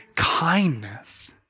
kindness